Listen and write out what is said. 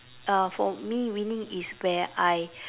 uh for me winning is where I